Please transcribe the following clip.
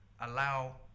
allow